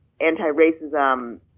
anti-racism